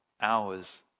hours